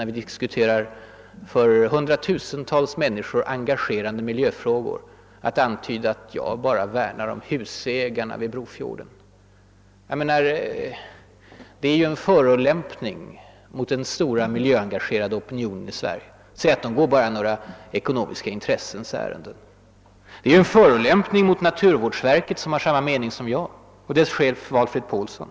När vi diskuterar miljöfrågor som engagerat hundratusentals människor är det fel att antyda att vi bara värnar om husägarna vid Brofjorden. Det är ju en förolämpning mot den stora miljöengagerade opinionen i Sverige att säga, att man bara går några ckonomiska intressens ärenden. Det är en förolämpning mot naturvårdsverket, som har samma mening som jag, och dess chef Valfrid Paulsson.